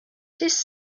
his